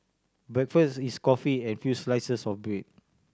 breakfast is coffee and few slices of bread